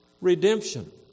redemption